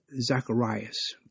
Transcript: Zacharias